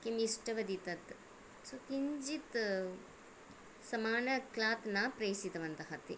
किं इष्टवती तत् सो किञ्चित् समानं क्लात् न प्रेषितवन्तः ते